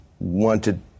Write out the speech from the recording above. wanted